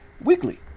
weekly